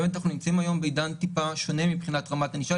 אנחנו נמצאים היום בעידן קצת שונה מבחינת רמת ענישה,